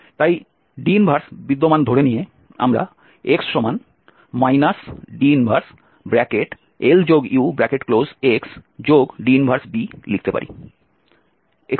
তাই D 1বিদ্যমান ধরে নিয়ে আমরা x D 1LUxD 1b লিখতে পারি